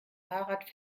fahrrad